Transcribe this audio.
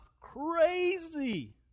crazy